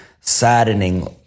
saddening